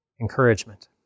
encouragement